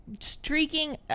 streaking